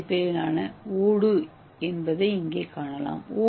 ஏ அடிப்படையிலான ஓடு என்பதை இங்கே காணலாம்